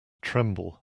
tremble